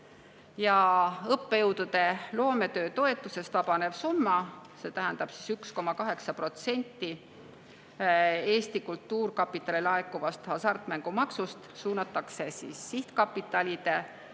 Õppejõudude loometöötoetusest vabanev summa, see tähendab 1,8% Eesti Kultuurkapitalile laekuvast hasartmängumaksust, suunatakse sihtkapitalide ning